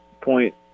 point